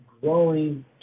growing